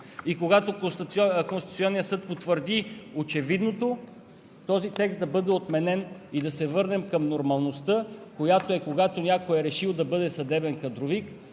И когато Конституционният съд потвърди очевидното, този текст да бъде отменен и да се върнем към нормалността, която е: когато някой е решил да бъде съдебен кадровик,